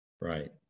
Right